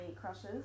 crushes